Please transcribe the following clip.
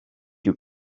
you